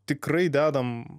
tikrai dedam